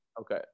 Okay